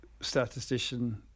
statistician